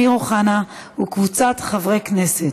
חבר הכנסת אמיר אוחנה וקבוצת חברי הכנסת.